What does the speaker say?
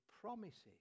promises